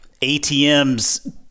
ATMs